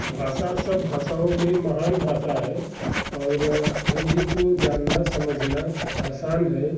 भाषा सब भाषाओं में महान भाषा है और हिन्दी को जानना समझना आसान है